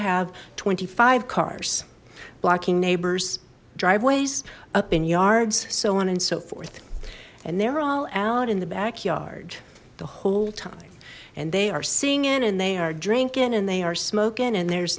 have twenty five cars blocking neighbor's driveways up in yards so on and so forth and they're all out in the backyard the whole time and they are seeing in and they are drinking and they are smoking and there's